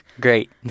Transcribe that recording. great